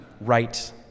right